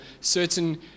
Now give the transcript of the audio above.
certain